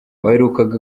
waherukaga